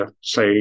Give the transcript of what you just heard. say